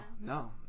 no